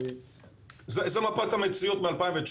זו מפת המציאות מ-2019,